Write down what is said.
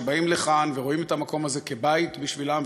הם באים לכאן ורואים את המקום הזה כבית בשבילם,